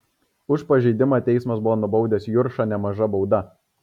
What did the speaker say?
už pažeidimą teismas buvo nubaudęs juršą nemaža bauda